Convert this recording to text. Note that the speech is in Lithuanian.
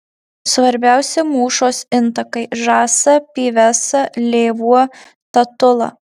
svarbiausi mūšos intakai žąsa pyvesa lėvuo tatula